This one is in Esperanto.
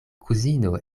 kuzino